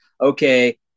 okay